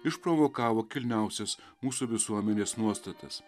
išprovokavo kilniausias mūsų visuomenės nuostatas